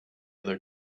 other